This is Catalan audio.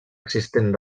existent